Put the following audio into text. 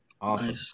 Awesome